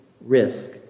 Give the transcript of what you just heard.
risk